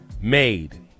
Made